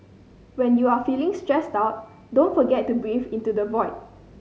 when you are feeling stressed out don't forget to breathe into the void